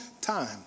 time